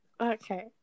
Okay